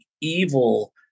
evil